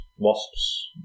Wasps